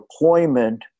deployment